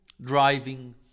driving